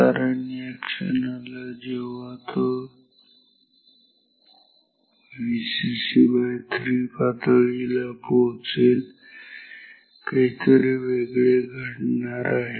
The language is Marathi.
कारण या क्षणाला जेव्हा तो Vcc3 पातळीला पोहोचेल काहीतरी वेगळे घडणार आहे